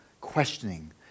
questioning